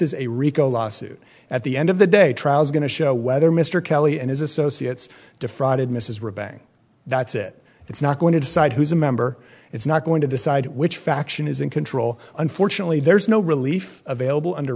is a rico lawsuit at the end of the day trial is going to show whether mr kelley and his associates defrauded mrs ribbing that's it it's not going to decide who's a member it's not going to decide which faction is in control unfortunately there is no relief available under